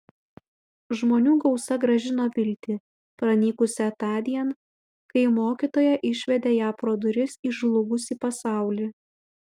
žmonių gausa grąžino viltį pranykusią tądien kai mokytoja išvedė ją pro duris į žlugusį pasaulį